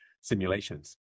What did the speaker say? simulations